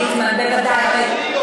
בוודאי.